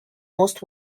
most